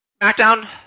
Smackdown